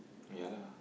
yeah lah